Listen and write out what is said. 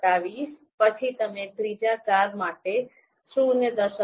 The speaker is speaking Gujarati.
૨૭ પછી તમે ત્રીજી કાર માટે ૦